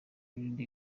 rurinda